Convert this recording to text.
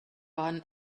are